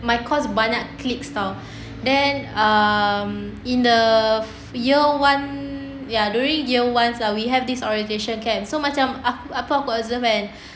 my course banyak cliques [tau] then um in the year one ya during year one we have this orientation kan so macam ap~ apa aku observe kan